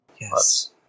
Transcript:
Yes